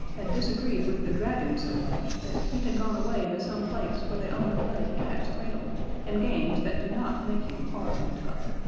had disagreed with the dragon so much that he had gone away to some place where they only play cats' cradle and games that do not make you hard and tough.